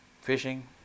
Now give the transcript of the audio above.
Fishing